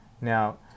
Now